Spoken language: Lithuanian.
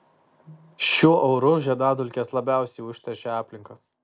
šiuo oru žiedadulkės labiausiai užteršia aplinką